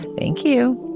thank you.